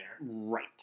Right